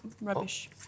rubbish